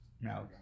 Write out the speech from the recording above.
No